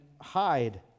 hide